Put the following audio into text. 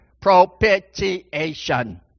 Propitiation